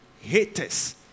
haters